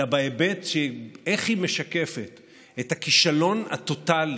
אלא בהיבט של איך היא משקפת את הכישלון הטוטלי